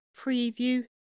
preview